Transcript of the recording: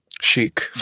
Chic